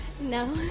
No